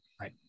Right